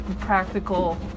practical